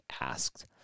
asked